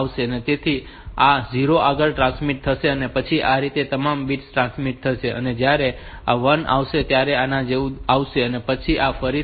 તેથી આ 0 આગળ ટ્રાન્સમિટ થશે અને પછી આ રીતે આ તમામ બિટ્સ ટ્રાન્સમિટ થશે અને જ્યારે આ 1 આવશે ત્યારે તે આના જેવું આવશે પછી આ ફરીથી 7 બિટ્સ D0 થી D6 છે